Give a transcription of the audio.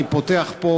אני פותח פה